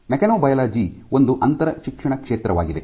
mechanobiology ಒಂದು ಅಂತರಶಿಕ್ಷಣ ಕ್ಷೇತ್ರವಾಗಿದೆ